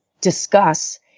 discuss